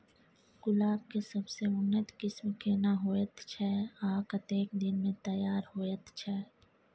गुलाब के सबसे उन्नत किस्म केना होयत छै आ कतेक दिन में तैयार होयत छै?